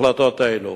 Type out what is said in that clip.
בהחלטות האלה,